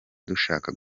dushaka